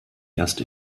erst